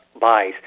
buys